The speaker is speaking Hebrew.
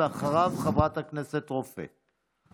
אחריו, חברת הכנסת רופא.